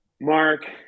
Mark